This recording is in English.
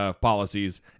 policies